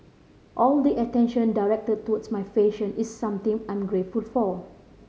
all the attention directed towards my fashion is something I'm grateful for